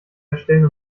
erstellen